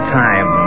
time